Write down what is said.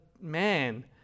man